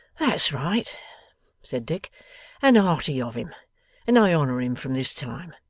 that's right said dick and hearty of him and i honour him from this time.